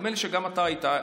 נדמה לי שגם אתה היית,